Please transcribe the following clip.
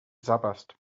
sabberst